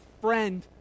friend